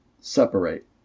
separate